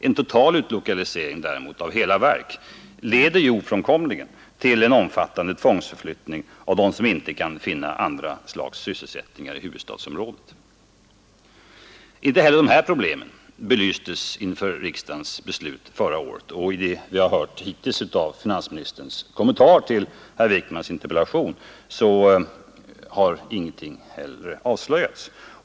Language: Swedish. En total utlokalisering av hela verk däremot innebär ofrånkomligen en omfattande tvångsförflyttning av dem som inte kan finna andra slags sysselsättningar i huvudstadsområdet. Inte heller de här problemen belystes inför riksdagens beslut förra året, och i det vi har hört hittills av finansministerns kommentar till herr Wijkmans interpellation har ingenting heller avslöjats.